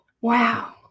Wow